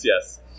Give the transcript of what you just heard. yes